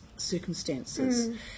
circumstances